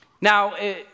now